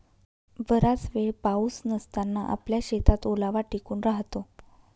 बराच वेळ पाऊस नसताना आपल्या शेतात ओलावा टिकून राहतो